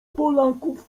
polaków